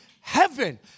heaven